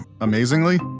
amazingly